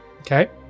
Okay